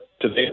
today